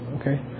Okay